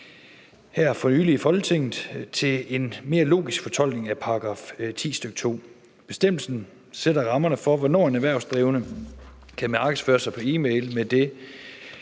her i Folketinget, op til en mere logisk fortolkning af § 10, side 2. Bestemmelsen sætter rammerne for, hvornår en erhvervsdrivende kan markedsføre sig på e-mail med det,